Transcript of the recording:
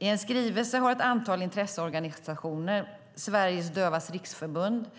I en skrivelse har ett antal intresseorganisationer - Sveriges Dövas Riksförbund,